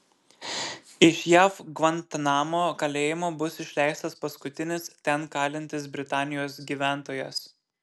iš jav gvantanamo kalėjimo bus išleistas paskutinis ten kalintis britanijos gyventojas